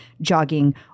jogging